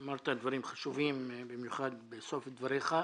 אמרת דברים חשובים במיוחד בסוף דבריך.